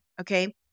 okay